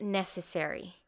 necessary